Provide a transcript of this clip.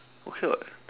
okay [what]